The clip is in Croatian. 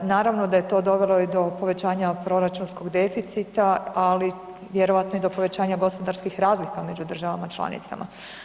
Naravno da je to dovelo i do povećanja proračunskog deficita, ali vjerojatno i do povećanja gospodarskih razlika među državama članica.